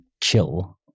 chill